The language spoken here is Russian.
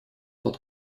под